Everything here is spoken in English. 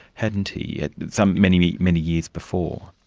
hadn't he, some many many years before.